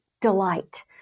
delight